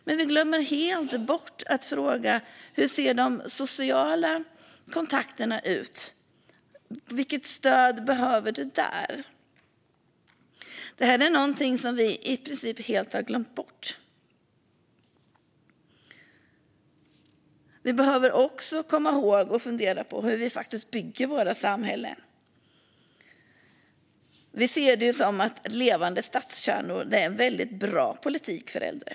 Men vi glömmer helt bort att fråga: Hur ser de sociala kontakterna ut? Vilket stöd behöver du där? Det är något som vi i princip helt har glömt bort. Vi behöver också komma ihåg att fundera på hur vi faktiskt bygger våra samhällen. Vi ser det som att levande stadskärnor är en väldigt bra politik för äldre.